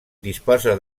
disposa